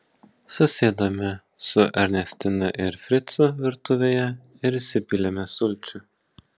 susėdome su ernestina ir fricu virtuvėje ir įsipylėme sulčių